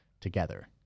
together